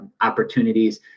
opportunities